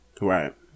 right